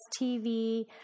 TV